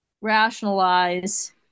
rationalize